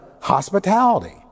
hospitality